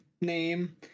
name